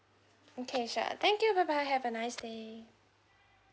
okay sure thank you bye bye have a nice day